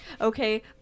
okay